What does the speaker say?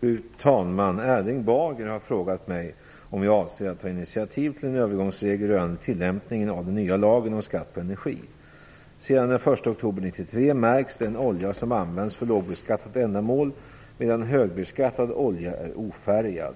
Fru talman! Erling Bager har frågat mig om jag avser att ta initiativ till en övergångsregel rörande tillämpningen av den nya lagen om skatt på energi. Sedan den 1 oktober 1993 märks den olja som används för lågbeskattat ändamål, medan högbeskattad olja är ofärgad.